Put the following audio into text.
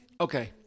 Okay